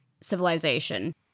civilization